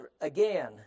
again